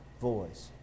voice